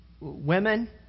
women